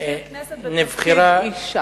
מזכיר הכנסת, בתפקיד, אשה.